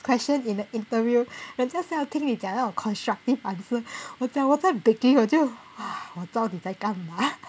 question in the interview 人家是要听你讲那种 constructive answer 我讲我在 baking 我就我到底在干嘛